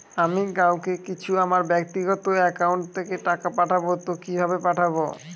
আমি কাউকে কিছু আমার ব্যাক্তিগত একাউন্ট থেকে টাকা পাঠাবো তো কিভাবে পাঠাবো?